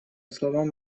словам